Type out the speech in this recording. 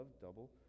double